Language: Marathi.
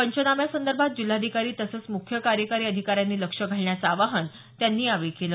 पंचनाम्यांसंदर्भात जिल्हाधिकारी तसंच मुख्य कार्यकारी अधिकाऱ्यांनी लक्ष घालण्याचं आवाहन त्यांनी केलं